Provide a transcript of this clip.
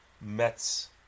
Mets